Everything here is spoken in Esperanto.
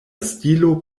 stilo